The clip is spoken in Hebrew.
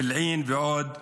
בבלעין ובעוד יישובים,